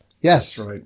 Yes